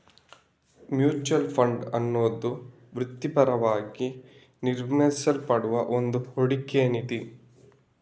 mutual fund ಅನ್ನುದು ವೃತ್ತಿಪರವಾಗಿ ನಿರ್ವಹಿಸಲ್ಪಡುವ ಒಂದು ಹೂಡಿಕೆ ನಿಧಿ